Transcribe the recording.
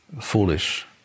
foolish